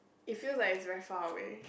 it feel like it's very far away